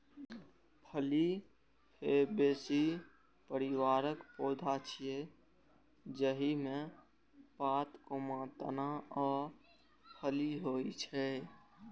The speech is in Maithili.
फली फैबेसी परिवारक पौधा छियै, जाहि मे पात, तना आ फली होइ छै